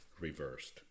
reversed